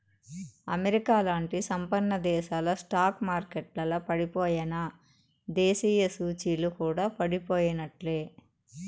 అమెరికాలాంటి సంపన్నదేశాల స్టాక్ మార్కెట్లల పడిపోయెనా, దేశీయ సూచీలు కూడా పడిపోయినట్లే